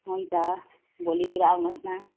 हुन्छ भोलितिर आउनुहोस् न